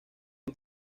los